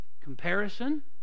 comparison